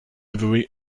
ivory